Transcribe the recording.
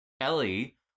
Ellie